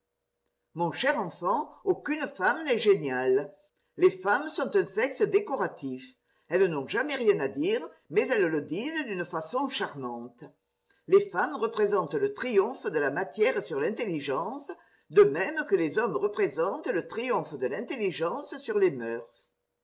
mon cher enfant aucune femme n'est géniale les femmes sont un sexe décoratif elles n'ont jamais rien à dire mais elles le disent d'une façon charmante les femmes représentent le triomphe de la matière sur l'intelligence de même que les hommes représentent le triomphe de l'intelligence sur les mœurs